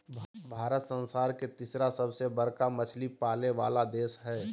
भारत संसार के तिसरा सबसे बडका मछली पाले वाला देश हइ